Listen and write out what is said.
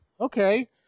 okay